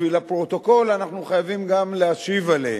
בשביל הפרוטוקול, אנחנו חייבים גם להשיב עליהם.